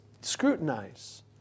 scrutinize